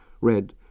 read